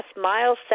Miles